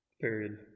period